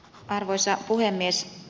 arvoisa puhemies